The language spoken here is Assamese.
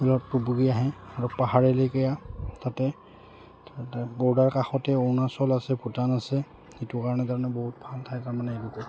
আহে আৰু পাহাৰলৈকে তাতে বৰ্ডাৰ কাষতে অৰুণাচল আছে ভূটান আছে সেইটো কাৰণে তাৰণে বহুত ভাল ঠাই তাৰমানে এই